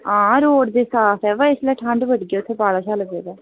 हां रोड़ ते साफ बा इसलै ठंड़ बड़ी ऐ उत्थै पाला पवा दा होना